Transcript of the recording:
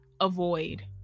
avoid